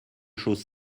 choses